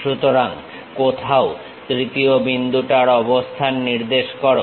সুতরাং কোথাও তৃতীয় বিন্দুটার অবস্থান নির্দেশ করো